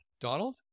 Donald